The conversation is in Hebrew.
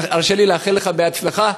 הרשה לי לאחל לך הצלחה,